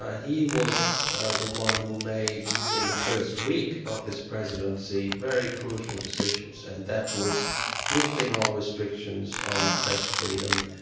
ah he was the one who made in the first week of his presidency, very crucial decisions and that was lifting all restrictions on press freedom,